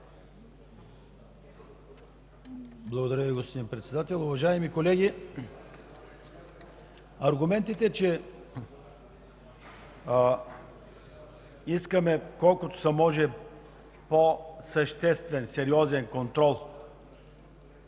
Благодаря Ви, господин Председател. Уважаеми колеги, аргументите, че искаме колкото се може по- сериозен, съществен контрол